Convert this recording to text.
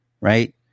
right